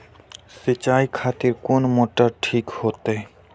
सीचाई खातिर कोन मोटर ठीक होते?